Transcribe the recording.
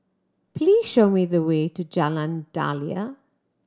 please show me the way to Jalan Daliah